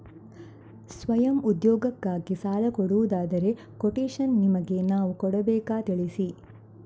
ಸ್ವಯಂ ಉದ್ಯೋಗಕ್ಕಾಗಿ ಸಾಲ ಕೊಡುವುದಾದರೆ ಕೊಟೇಶನ್ ನಿಮಗೆ ನಾವು ಕೊಡಬೇಕಾ ತಿಳಿಸಿ?